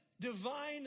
divine